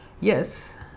Yes